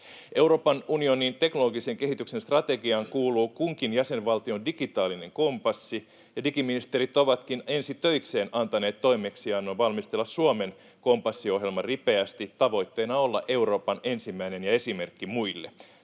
Euroopan unionin teknologisen kehityksen strategiaan kuuluu kunkin jäsenvaltion digitaalinen kompassi, ja digiministerit ovatkin ensi töikseen antaneet toimeksiannon valmistella Suomen kompassiohjelma ripeästi tavoitteena olla Euroopan ensimmäinen ja esimerkki muille.